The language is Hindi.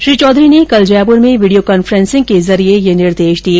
श्री चौधरी ने कल जयपुर में वीडियो कॉन्फ्रेसिंग के जरिए यह निर्देश दिए